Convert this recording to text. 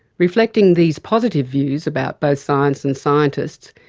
reflecting these positive views about both science and scientists,